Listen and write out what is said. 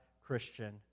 Christian